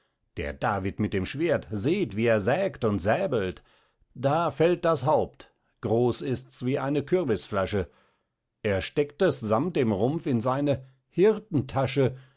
der david mit dem schwert seht wie er sägt und säbelt da fällt das haupt groß ists wie eine kürbisflasche er steckt es sammt dem rumpf in seine